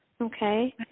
Okay